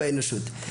באנושות.